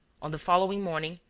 on the following morning,